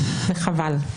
וחבל.